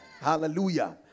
Hallelujah